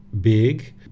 big